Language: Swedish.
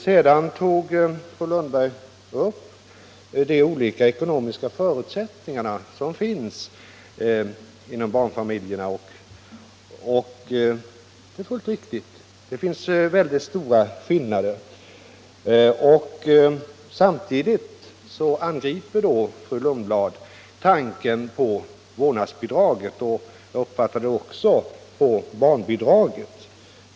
Vidare framhöll fru Lundblad att de ekonomiska förutsättningarna är så olika barnfamiljer emellan, och det är fullt riktigt. Det finns väldigt stora skillnader. Samtidigt angrep fru Lundblad tanken på vårdnadsbidraget och, som jag uppfattade det, även barnbidraget.